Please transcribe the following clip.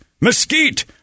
mesquite